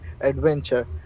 adventure